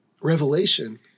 Revelation